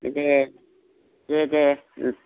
दे दे दे